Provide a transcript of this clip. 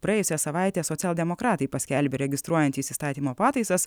praėjusią savaitę socialdemokratai paskelbė registruojantys įstatymo pataisas